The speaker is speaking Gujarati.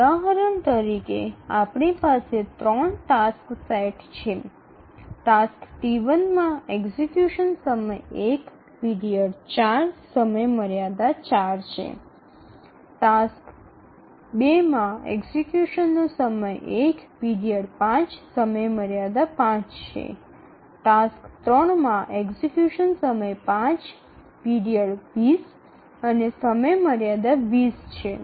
ઉદાહરણ તરીકે આપની પાસે ૩ ટાસ્ક સેટ છે ટાસક્સ T1 માં એક્ઝિકયુશન સમય ૧ પીરિયડ ૪ સમયમર્યાદા ૪ છે ટાસ્ક ૨ માં એક્ઝિકયુશનનો સમય ૧ પીરિયડ ૫ સમયમર્યાદા ૫ છે ટાસ્ક ૩ માં એક્ઝિકયુશન સમય ૫ પીરિયડ ૨0 અને સમયમર્યાદા ૨0 છે